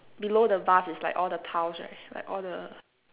below the vase is like all the tiles right like all the